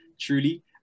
truly